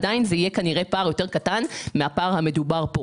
עדיין זה יהיה כנראה פער קטן יותר מן הפער שהוצג כאן.